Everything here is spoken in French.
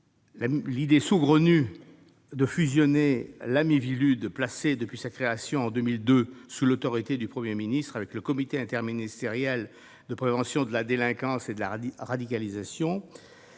l'idée saugrenue de fusionner la Miviludes, placée depuis sa création, en 2002, sous l'autorité du Premier ministre, avec le Comité interministériel de prévention de la délinquance et de la radicalisation,